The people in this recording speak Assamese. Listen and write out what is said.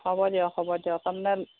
হ'ব দিয়ক হ'ব দিয়ক তাৰমানে